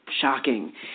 Shocking